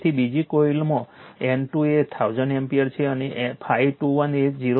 તેથી બીજી કોઇલમાં N2 એ 1000 એમ્પીયર છે અને ∅21 એ 0